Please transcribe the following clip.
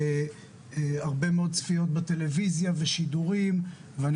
הרבה מאוד צפיות בטלוויזיה ושידורים ואני